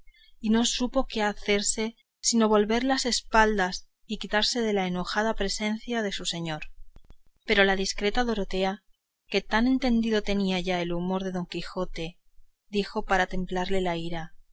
y no supo qué hacerse sino volver las espaldas y quitarse de la enojada presencia de su señor pero la discreta dorotea que tan entendido tenía ya el humor de don quijote dijo para templarle la ira